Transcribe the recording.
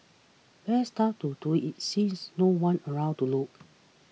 best time to do it since no one's around to look